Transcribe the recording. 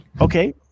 Okay